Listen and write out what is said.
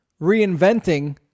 reinventing